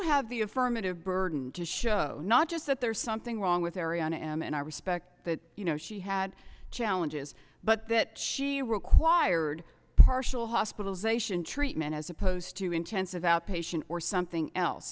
have the affirmative burden to show not just that there's something wrong with arianna and i respect that you know she had challenges but that she required partial hospitalization treatment as opposed to intensive outpatient or something else